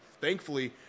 thankfully